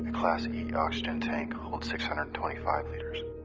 class e oxygen tank holds six hundred and twenty five liters.